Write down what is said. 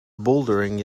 bouldering